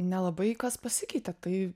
nelabai kas pasikeitė tai